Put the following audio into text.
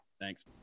Thanks